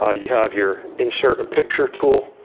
ah you have your insert a picture tool.